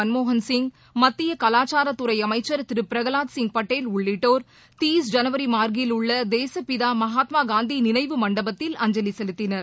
மன்மோகன் சிங் மத்திய கலாச்சாரத்துறை அமைச்சர் திரு பிரகவாத் சிங் பட்டேல் உள்ளிட்டோர் தீஸ் ஜனவரி மார்க்கில் உள்ள தேசப் பிதா மகாத்மா காந்தி நினைவு மண்டபத்தில் அஞ்சலி செலுத்தினர்